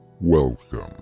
Welcome